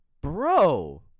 Bro